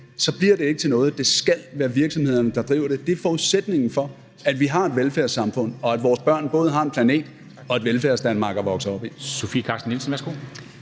så bliver det ikke til noget. Det skal være virksomhederne, der driver det. Det er forudsætningen for, at vi har et velfærdssamfund, og at vores børn både har en planet og et Velfærdsdanmark at vokse op i. Kl. 13:36 Formanden (Henrik